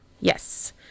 Yes